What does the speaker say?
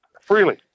freely